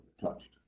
touched